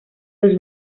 los